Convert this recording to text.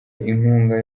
inkunga